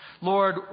Lord